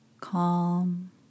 calm